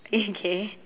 okay